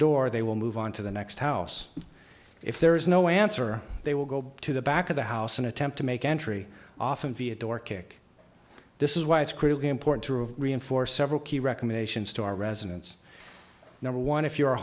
door they will move on to the next house if there is no answer they will go to the back of the house and attempt to make entry often via door kick this is why it's critically important to have reinforced several key recommendations to our residence number one if you're